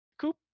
Coop